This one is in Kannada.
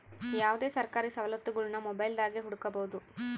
ಯಾವುದೇ ಸರ್ಕಾರಿ ಸವಲತ್ತುಗುಳ್ನ ಮೊಬೈಲ್ದಾಗೆ ಹುಡುಕಬೊದು